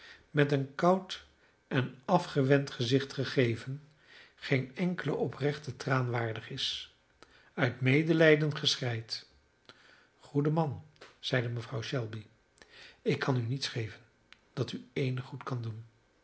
met een koud en afgewend gezicht gegeven geen enkelen oprechten traan waardig is uit medelijden geschreid goede man zeide mevrouw shelby ik kan u niets geven dat u eenig goed kan doen